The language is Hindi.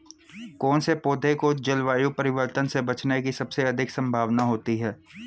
कौन से पौधे को जलवायु परिवर्तन से बचने की सबसे अधिक संभावना होती है?